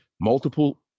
multiple